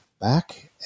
back